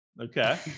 okay